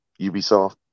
Ubisoft